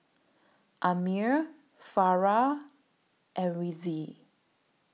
Ammir Farah and Rizqi